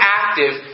active